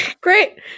Great